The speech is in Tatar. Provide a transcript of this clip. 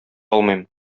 алмыйм